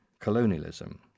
colonialism